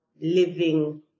living